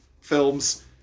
films